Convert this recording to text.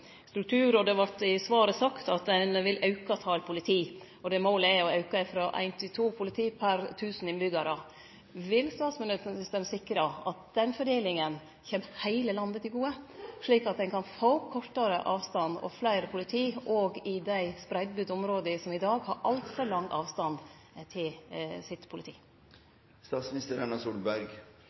vart i svaret sagt at ein vil auke talet på politifolk, og målet er å auke det frå éin til to per tusen innbyggjarar. Vil statsministeren sikre at den fordelinga kjem heile landet til gode, slik at ein kan få kortare avstand og meir politi også i dei grisgrendte områda som i dag har altfor lang avstand til sitt